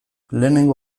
lehenengo